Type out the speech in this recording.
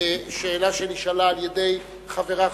שאלה שנשאלה על-ידי חברה,